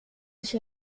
sich